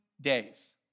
days